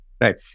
Right